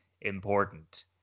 important